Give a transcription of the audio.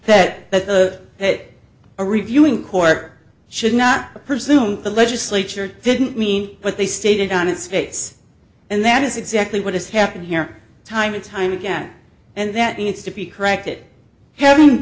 that the that a reviewing court should not presume the legislature didn't mean what they stated on its face and that is exactly what has happened here time and time again and that needs to be corrected having